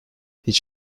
hiç